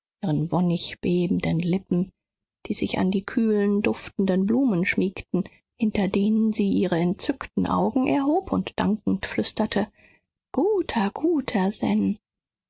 ihren wonnig bebenden lippen die sich an die kühlen duftenden blumen schmiegten hinter denen sie ihre entzückten augen erhob und dankend flüsterte guter guter